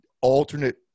alternate